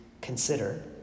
consider